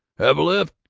have a lift?